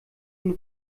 von